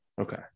Okay